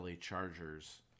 Chargers